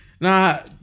Now